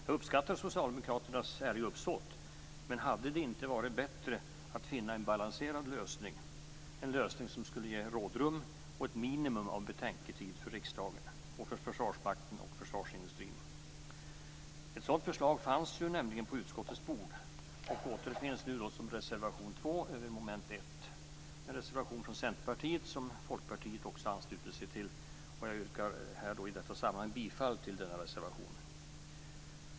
Jag uppskattar Socialdemokraternas ärliga uppsåt, men hade det inte varit bättre att finna en balanserad lösning, en lösning som skulle ge rådrum och ett minimum av betänketid för riksdagen, försvarsmakten och försvarsindustrin? Ett sådant förslag fanns nämligen på utskottets bord och återfinns nu som reservation 2 över moment 1. En reservation från Centerpartiet som också Folkpartiet anslutit sig till. Jag yrkar bifall till denna reservation.